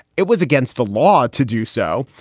it was against the law to do so.